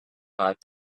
five